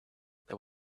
there